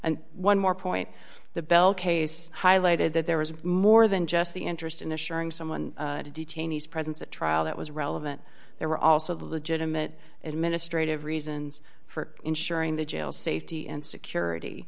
and one more point the bell case highlighted that there was more than just the interest in assuring someone detainees presence at trial that was relevant there were also legitimate administrative reasons for ensuring the jails safety and security